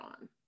on